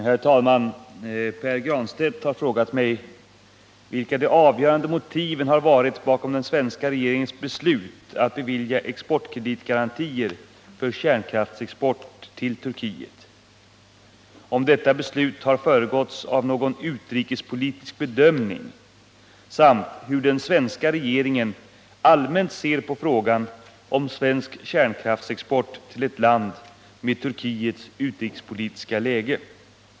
Herr talman! Pär Granstedt har frågat mig vilka de avgörande motiven har varit bakom den svenska regeringens beslut att bevilja exportkreditgarantier för kärnkraftsexport till Turkiet, om detta beslut har föregåtts av någon utrikespolitisk bedömning samt hur den svenska regeringen allmänt ser på frågan om svensk kärnkraftsexport till ett land med Turkiets utrikespolitiska läge.